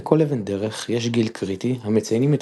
לכל אבן דרך יש גיל קריטי המציינים את